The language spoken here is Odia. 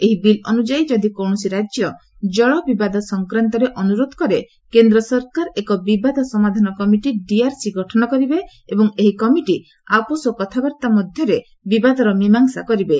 ଏହି ବିଲ୍ ଅନୁଯାୟୀ ଯଦି କୌଣସି ରାଜ୍ୟ ଜଳ ବିବାଦ ସଂକ୍ରାନ୍ତରେ ଅନୁରୋଧ କରେ କେନ୍ଦ୍ର ସରକାର ଏକ ବିବାଦ ସମାଧାନ କମିଟି ଡିଆର୍ସି ଗଠନ କରିବେ ଏବଂ ଏହି କମିଟି ଆପୋଷ କଥାବାର୍ତ୍ତା ମଧ୍ୟରେ ବିବାଦର ମୀମାଂଶା କରିବେ